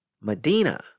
Medina